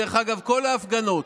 דרך אגב, כל ההפגנות,